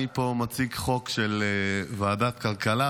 אני פה מציג חוק של ועדת הכלכלה,